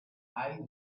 eyes